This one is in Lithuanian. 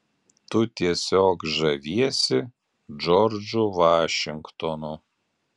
tu tiesiog žaviesi džordžu vašingtonu